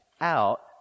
out